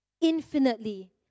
infinitely